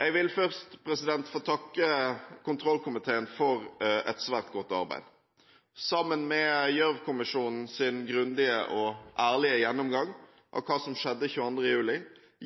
Jeg vil først få takke kontrollkomiteen for et svært godt arbeid. Sammen med Gjørv-kommisjonens grundige og ærlige gjennomgang av hva som skjedde 22. juli,